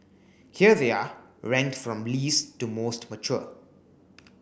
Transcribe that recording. here they are ranked from least to most mature